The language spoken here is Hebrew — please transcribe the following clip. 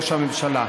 ראש הממשלה,